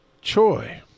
Choi